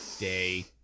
day